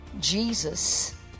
JESUS